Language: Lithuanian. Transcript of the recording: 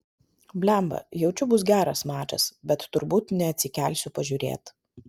blemba jaučiu bus geras mačas bet turbūt neatsikelsiu pažiūrėt